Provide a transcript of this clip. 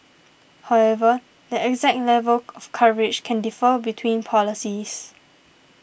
however the exact level of coverage can differ between policies